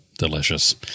delicious